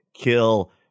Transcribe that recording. kill